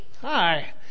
Hi